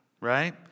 right